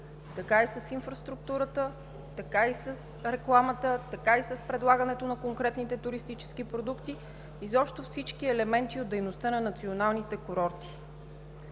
така и с инфраструктурата, така и с рекламата, така и с предлагането на конкретните туристически продукти, изобщо всички елементи от дейността на националните курорти.